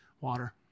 water